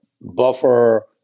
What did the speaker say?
buffer